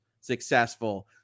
successful